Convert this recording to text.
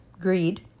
greed